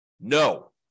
No